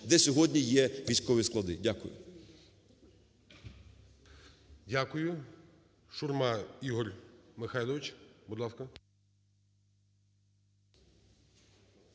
де сьогодні є військові склади. Дякую.